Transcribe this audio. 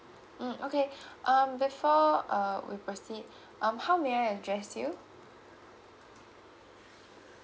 mm okay um before uh we proceed um how may I address you